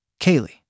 Kaylee